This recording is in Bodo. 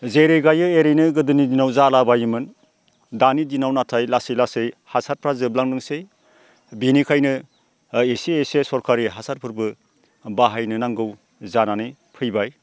जेरै गायो एरैनो गोदोनि दिनाव जालाबायोमोन दानि दिनाव नाथाय लासै लासै हासारफोरा जोबलांदोंसै बेनिखायनो एसे एसे सरखारि हासारफोरबो बाहायनो नांगौ जानानै फैबाय